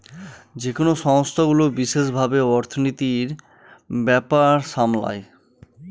যেকোনো সংস্থাগুলো বিশেষ ভাবে অর্থনীতির ব্যাপার সামলায়